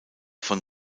von